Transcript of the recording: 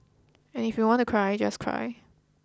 and if you want to cry just cry